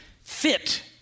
fit